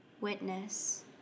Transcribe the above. witness